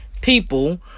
people